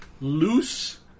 loose